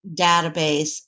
database